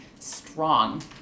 Strong